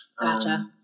Gotcha